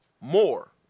more